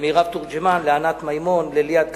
למירב תורג'מן ולענת מימון, לליאת קרפטי,